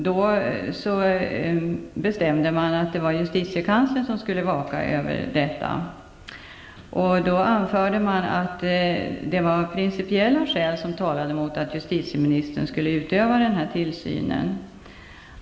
Då bestämdes att justitiekanslern skulle övervaka detta. Man anförde att principiella skäl talade mot att justitieministern skulle utöva denna tillsyn.